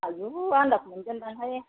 आयु आनदाज मोनगोनखोमाहाय